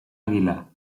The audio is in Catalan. àguila